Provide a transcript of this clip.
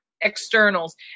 externals